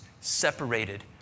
separated